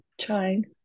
trying